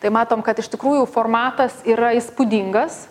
tai matom kad iš tikrųjų formatas yra įspūdingas